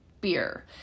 beer